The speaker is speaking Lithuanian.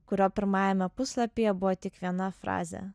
kurio pirmajame puslapyje buvo tik viena frazė